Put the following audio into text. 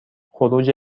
خروج